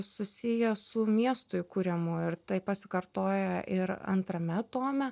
susiję su miestų įkūrimu ir tai pasikartoja ir antrame tome